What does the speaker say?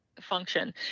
function